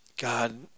God